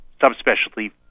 subspecialty